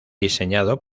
diseñado